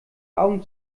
augen